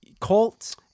Colt's